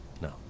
No